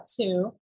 two